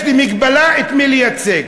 יש לי מגבלה את מי לייצג.